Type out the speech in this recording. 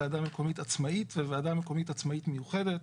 ועדה מקומית עצמאית וועדה מקומית עצמאית מיוחדת.